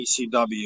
ECW